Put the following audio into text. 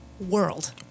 world